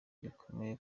rikomeze